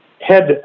head